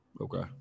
Okay